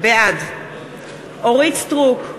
בעד אורית סטרוק,